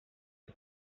los